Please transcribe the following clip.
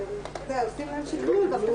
אני רק אומר שאם משרד האוצר,